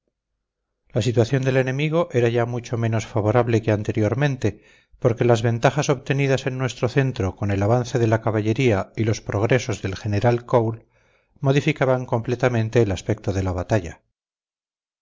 la situación del enemigo era ya mucho menos favorable que anteriormente porque las ventajas obtenidas en nuestro centro con el avance de la caballería y los progresos del general cole modificaban completamente el aspecto de la batalla